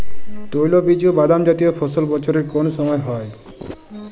তৈলবীজ ও বাদামজাতীয় ফসল বছরের কোন সময় হয়?